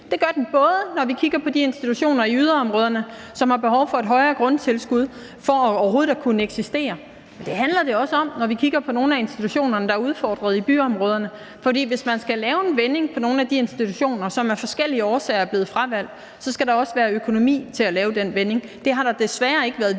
det gør den, både når vi kigger på de institutioner i yderområderne, som har behov for et højere grundtilskud for overhovedet at kunne eksistere, men også når vi kigger på nogle af institutionerne i byområderne, der er udfordret. For hvis man skal lave en vending i forhold til nogle af de institutioner, som af forskellige årsager er blevet fravalgt, skal der også være økonomi til at lave den vending. Det har der desværre ikke været vilje